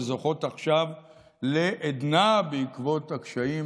שזוכות עכשיו לעדנה בעקבות הקשיים